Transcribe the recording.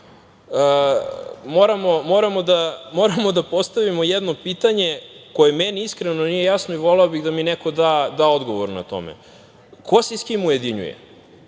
moramo da postavimo jedno pitanje, koje meni, iskreno, nije jasno i voleo bih da mi neko da odgovor na to. Ko se sa kim ujedinjuje?